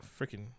freaking